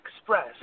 express